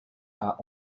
are